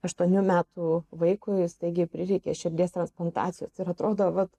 aštuonių metų vaikui staigiai prireikė širdies transplantacijos ir atrodo vat